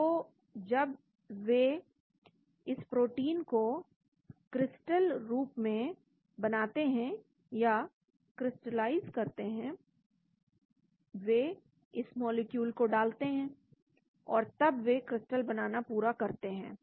तो जब वे इस प्रोटीन को क्रिस्टल रूप में बनाते हैं या क्रिस्टलाइज करते हैं वे इस मॉलिक्यूल को डालते हैं और तब वे क्रिस्टल बनाना पूरा करते हैं